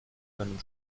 seinem